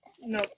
No